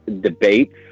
Debates